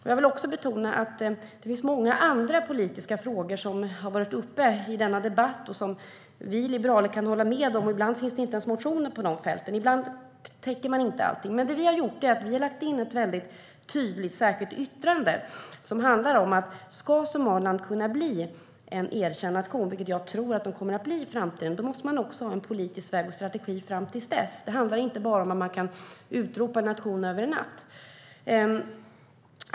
Jag vill också betona att det finns många andra politiska frågor som har varit uppe i denna debatt och som vi liberaler kan hålla med om. Ibland finns det inte ens motioner på de fälten; ibland täcker man inte allting. Det vi har gjort är dock att lägga in ett tydligt särskilt yttrande: Om Somaliland ska kunna bli en erkänd nation, vilket jag tror kommer att ske i framtiden, måste man ha en politisk strategi och en väg framåt. Det handlar inte bara om att utropa en nation över en natt.